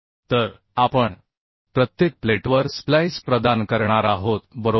तर आपण प्रत्येक प्लेटवर स्प्लाइस प्रदान करणार आहोत बरोबर